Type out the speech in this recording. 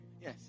Yes